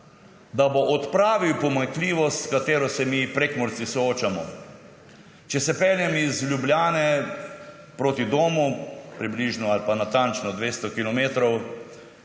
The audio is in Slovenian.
da – odpravil pomanjkljivost, s katero se mi Prekmurci soočamo. Če se peljem iz Ljubljane proti domu, približno ali pa natančno 200